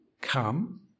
come